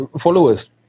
followers